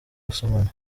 gusomana